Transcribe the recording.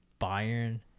Bayern